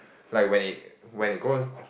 like when it when it goes